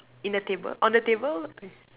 in the table on the table I